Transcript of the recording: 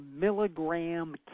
milligram